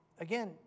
Again